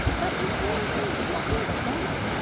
but intuitively this feels wrong.